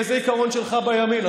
איזה עיקרון שלך בימין?